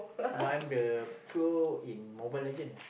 but I'm the poor in Mobile-Legends